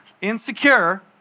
insecure